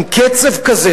אם קצב כזה,